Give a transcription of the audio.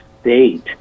state